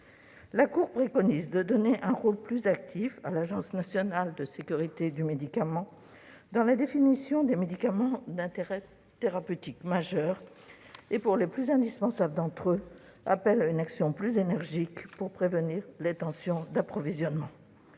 La Cour préconise de donner un rôle plus actif à l'Agence nationale de sécurité du médicament et des produits de santé (ANSM) dans la définition des médicaments d'intérêt thérapeutique majeur et, pour les plus indispensables d'entre eux, appelle à une action plus énergique pour prévenir les tensions d'approvisionnement.